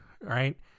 right